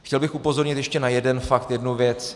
Chtěl bych upozornit ještě na jeden fakt, jednu věc.